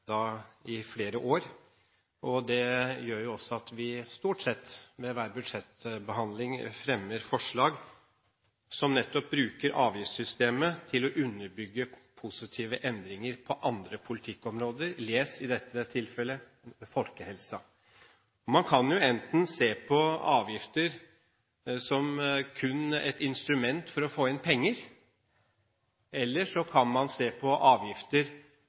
i flere år. Det gjør også at vi stort sett ved hver budsjettbehandling fremmer forslag som nettopp bruker avgiftssystemet til å underbygge positive endringer på andre politikkområder, les i dette tilfellet: folkehelsen. Man kan se på avgifter enten kun som et instrument for å få inn penger, eller så kan man se på avgifter